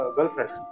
Girlfriend